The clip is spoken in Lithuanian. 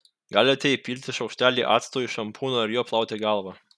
galite įpilti šaukštelį acto į šampūną ir juo plauti galvą